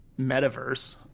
metaverse